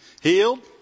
Healed